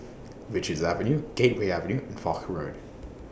Richards Avenue Gateway Avenue and Foch Road